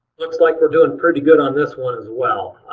looks like we're doing pretty good on this one as well.